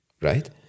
Right